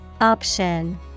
Option